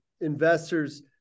investors